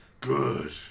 Good